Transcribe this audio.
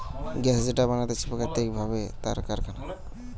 gas যেটা বানাতিছে প্রাকৃতিক ভাবে তার কারখানা